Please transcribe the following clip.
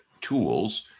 tools